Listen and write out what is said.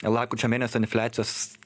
lapkričio mėnesio infliacijos